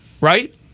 Right